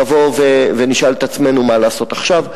נבוא ונשאל את עצמנו מה לעשות עכשיו.